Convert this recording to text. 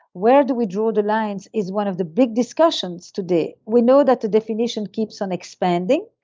where do we draw the lines is one of the big discussions today we know that the definition keeps on expanding